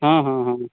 हाँ हाँ हाँ